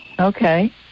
Okay